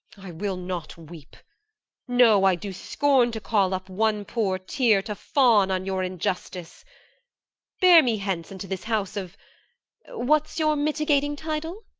i will not weep no, i do scorn to call up one poor tear to fawn on your injustice bear me hence unto this house of what's your mitigating title?